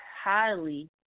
highly